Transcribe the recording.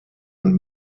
und